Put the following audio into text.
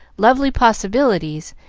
lovely possibilities,